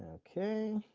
okay.